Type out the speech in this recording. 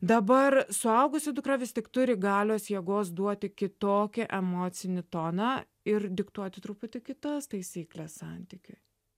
dabar suaugusi dukra vis tik turi galios jėgos duoti kitokį emocinį toną ir diktuoti truputį kitas taisykles santykiui